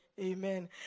Amen